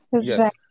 Yes